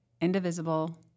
indivisible